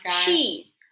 cheese